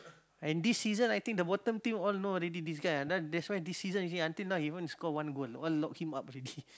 and this season I think the bottom team all know already this guy ah that's why one this season you see until now he haven't even score one goal all lock him up already